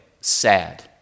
sad